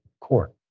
court